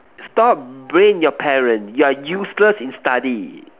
stop b~ blame your parents you are useless in study